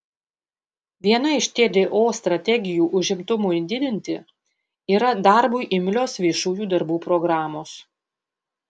viena iš tdo strategijų užimtumui didinti yra darbui imlios viešųjų darbų programos